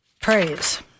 praise